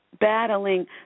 battling